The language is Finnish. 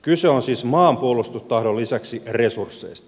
kyse on siis maanpuolustustahdon lisäksi resursseista